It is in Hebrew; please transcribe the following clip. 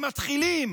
הם מתחילים